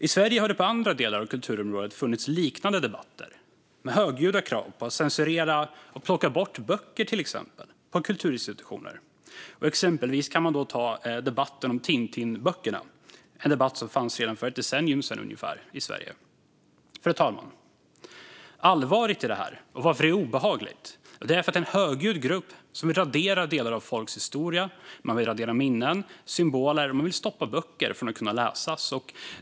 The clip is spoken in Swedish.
I Sverige har det på andra delar av kulturområdet funnits liknande debatter med högljudda krav på att censurera och till exempel plocka bort böcker på kulturinstitutioner. Ett exempel är debatten om Tintinböckerna, en debatt som fördes redan för ungefär ett decennium sedan i Sverige. Fru talman! Det allvarliga i det här, och anledningen till att det är obehagligt, är att en högljudd grupp vill radera delar av folks historia. Man vill radera minnen och symboler. Man vill stoppa böcker från att kunna läsas.